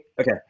Okay